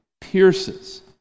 pierces